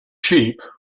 cheap